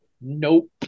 Nope